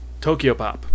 Tokyopop